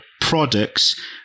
products